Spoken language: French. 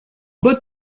bonne